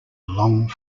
long